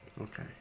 okay